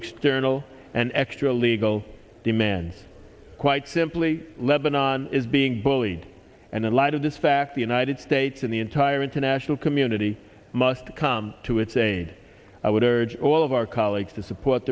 external and extra legal demands quite simply lebanon is being bullied and in light of this fact the united states and the entire international community must come to its aid i would urge all of our colleagues to support